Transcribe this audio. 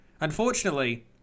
unfortunately